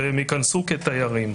הם ייכנסו כתיירים.